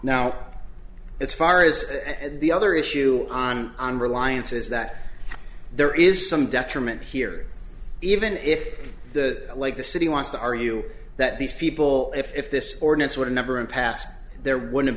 now as far as and the other issue on on reliance is that there is some detriment here even if the like the city wants to argue that these people if this ordinance were never in past there would have